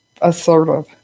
assertive